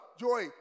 joy